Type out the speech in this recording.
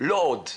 לא עוד.